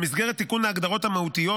במסגרת תיקון ההגדרות המהותיות,